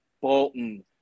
Bolton